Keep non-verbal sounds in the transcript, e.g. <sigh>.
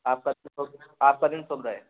आपका दिन <unintelligible> आपका दिन सुभ रहे